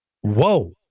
whoa